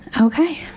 Okay